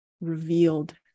revealed